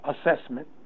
assessment